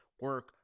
Work